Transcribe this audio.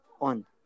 on